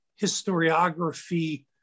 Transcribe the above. historiography